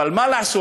אבל מה לעשות,